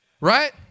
right